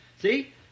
See